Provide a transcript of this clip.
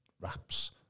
wraps